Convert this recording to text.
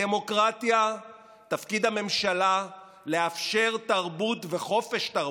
בדמוקרטיה תפקיד הממשלה לאפשר תרבות וחופש תרבות.